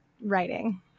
writing